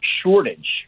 shortage